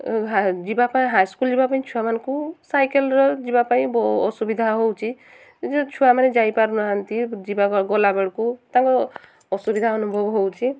ଯିବା ପାଇଁ ହାଇସ୍କୁଲ୍ ଯିବା ପାଇଁ ଛୁଆମାନଙ୍କୁ ସାଇକେଲ୍ରେ ଯିବା ପାଇଁ ଅସୁବିଧା ହେଉଛି ଯେ ଛୁଆମାନେ ଯାଇପାରୁ ନାହାନ୍ତି ଯିବା ଗଲାବେଳକୁ ତାଙ୍କ ଅସୁବିଧା ଅନୁଭବ ହେଉଛି